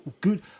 Good